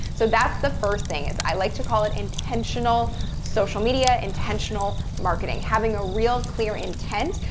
so, that's the first thing is, i like to call it intentional social media. intentional marketing. having a real clear intent,